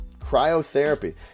cryotherapy